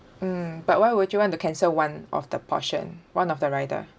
mm but why would you want to cancel one of the portion one of the rider